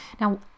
Now